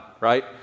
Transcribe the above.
right